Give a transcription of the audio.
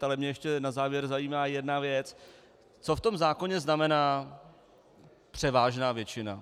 Ale mě ještě na závěr zajímá jedna věc co v tom zákoně znamená převážná většina?